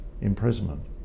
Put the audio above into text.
imprisonment